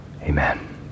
amen